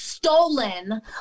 stolen